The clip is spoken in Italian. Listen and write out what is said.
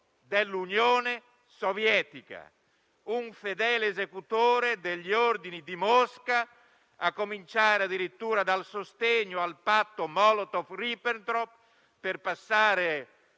dell'Unione Sovietica. Un fedele esecutore degli ordini di Mosca, a cominciare addirittura dal sostegno al patto Molotov-Ribbentrop, per passare,